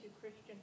Christian